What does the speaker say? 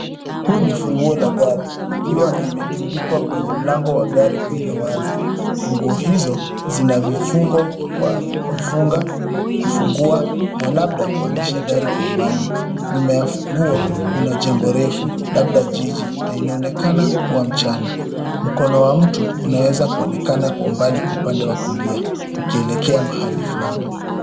Huu ni ufunguo la gari ikiwa imetundikwa kwenye mlango wa gari ulio wazi. Funguo hizo zina vifungo kwa kufunga, kufungua na labda kuanzishia gari kwa umbali. Nyuma ya funguo kuna jengo refu labda jiji na inaonekana kuwa mchana. Mkono wa mtu unaweza kuonekana kwa umbali upande wa kulia ukielekea mahali fulani.